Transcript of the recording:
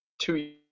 two